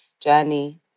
journey